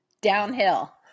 downhill